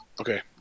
okay